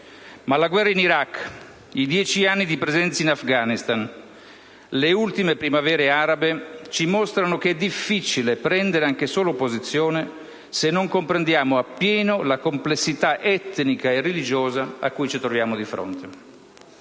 Ma la guerra in Iraq, i dieci anni di presenza in Afghanistan e le ultime primavere arabe ci mostrano che è difficile prendere anche solo posizione, se non comprendiamo appieno la complessità etnica e religiosa a cui ci troviamo di fronte.